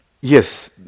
Yes